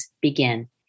begin